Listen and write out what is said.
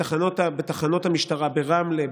בתחנות המשטרה ברמלה,